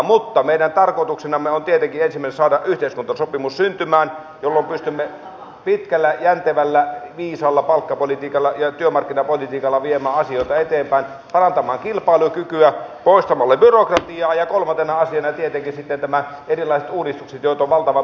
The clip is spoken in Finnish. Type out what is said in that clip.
mutta meidän tarkoituksenamme on tietenkin ensin saada yhteiskuntasopimus syntymään jolloin pystymme pitkällä jäntevällä viisaalla palkkapolitiikalla ja työmarkkinapolitiikalla viemään asioita eteenpäin parantamaan kilpailukykyä poistamalla byrokratiaa ja kolmantena asiana ovat tietenkin sitten nämä erilaiset uudistukset joita on valtavan pitkä lista